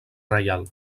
reial